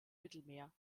mittelmeer